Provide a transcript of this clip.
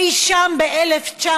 מאי שם ב-1901,